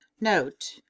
note